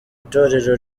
itorero